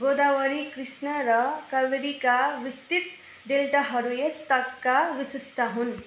गोदावरी कृष्णा र कावेरीका विस्तृत डेल्टाहरू यस तटका विशेषता हुन्